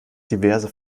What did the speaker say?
diverse